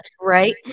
Right